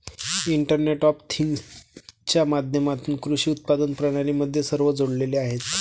internet of थिंग्जच्या माध्यमातून कृषी उत्पादन प्रणाली मध्ये सर्व जोडलेले आहेत